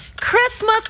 Christmas